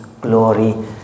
glory